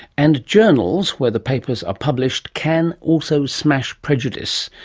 and journals, where the papers are published, can also smash prejudice.